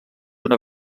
una